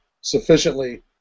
sufficiently